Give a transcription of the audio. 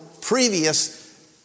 previous